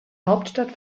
hauptstadt